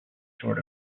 sort